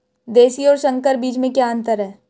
देशी और संकर बीज में क्या अंतर है?